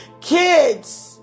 Kids